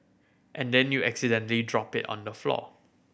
and then you accidentally drop it on the floor